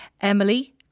Emily